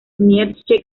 nietzsche